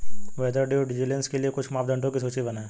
बेहतर due diligence के लिए कुछ मापदंडों की सूची बनाएं?